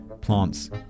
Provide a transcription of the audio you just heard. plants